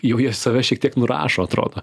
jau jie save šiek tiek nurašo atrodo